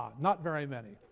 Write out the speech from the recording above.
not very many.